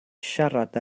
siarad